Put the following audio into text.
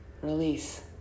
Release